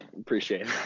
Appreciate